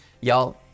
Y'all